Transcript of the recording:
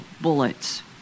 bullets